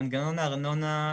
מנגנון הארנונה,